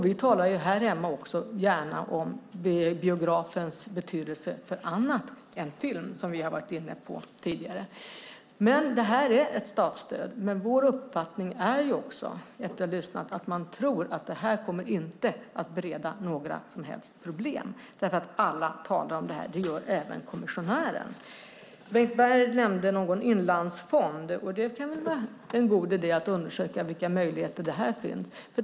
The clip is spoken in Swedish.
Vi talar gärna här hemma också om biografens betydelse för annat än film, vilket vi har varit inne på tidigare. Detta är ett statsstöd, men vår uppfattning efter att ha lyssnat är också att man tror att detta inte kommer att bereda några som helst problem. Alla talar nämligen om detta, och det gör även kommissionären. Bengt Berg nämnde någon inlandsfond, och det kan väl vara en god idé att undersöka vilka möjligheter som finns där.